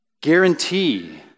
guarantee